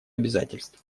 обязательств